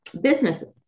businesses